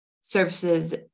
services